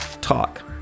talk